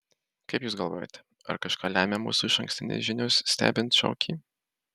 kaip jūs galvojate ar kažką lemia mūsų išankstinės žinios stebint šokį